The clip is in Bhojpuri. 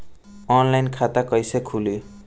ऑनलाइन खाता कईसे खुलि?